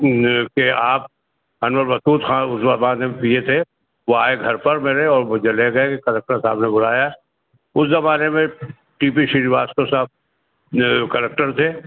کہ آپ انور مقصود خاں اس زمانے میں پی اے تھے وہ آئے گھر پر میرے اور مجھے لے گئے کہ کلکٹر صاحب نے بلایا ہے اس زمانے میں ٹی پی شریواستو کو صاحب کلٹر تھے